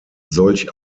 solch